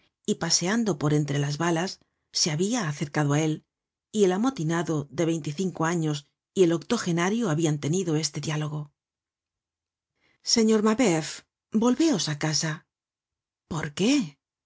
y paseando por entre las balas se habia acercado á él y el amotinado de veinticinco años y el octogenario habian tenido este diálogo señor mabeuf volveos ácasa